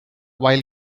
while